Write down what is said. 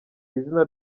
izina